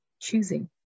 choosing